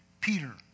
Peter